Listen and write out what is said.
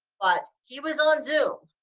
but he was on zoom.